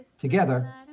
Together